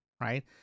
Right